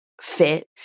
fit